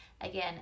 Again